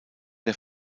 der